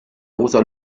rosa